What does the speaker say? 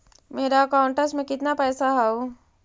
मेरा अकाउंटस में कितना पैसा हउ?